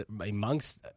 amongst